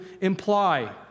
imply